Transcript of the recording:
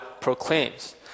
proclaims